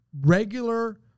regular